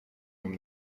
mam